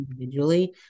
individually